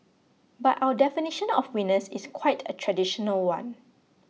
but our definition of winners is quite a traditional one